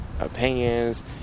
opinions